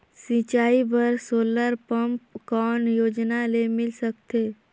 सिंचाई बर solar pump कौन योजना ले मिल सकथे?